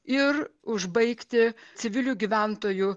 ir užbaigti civilių gyventojų